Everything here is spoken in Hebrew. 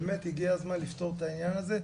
באמת הגיע הזמן לפתור את העניין הזה,